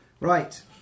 Right